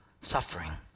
suffering